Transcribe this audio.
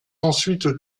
ensuite